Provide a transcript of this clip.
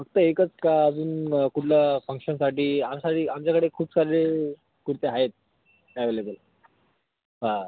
फक्त एकच का अजून कुठला फंक्शनसाठी आणि सारी आमच्याकडे खूप सारे कुर्ते आहेत ॲवेलेबल हां